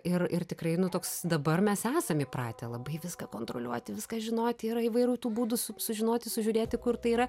ir ir tikrai nu toks dabar mes esam įpratę labai viską kontroliuoti viską žinoti yra įvairių tų būdų su sužinoti sužiūrėti kur tai yra